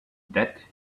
that